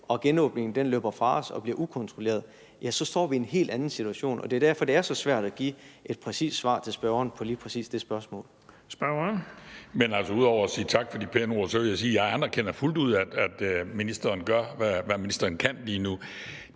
og genåbningen løber fra os og bliver ukontrolleret, så står vi i en helt anden situation. Det er derfor, det er så svært at give et præcist svar til spørgeren på lige præcis det spørgsmål.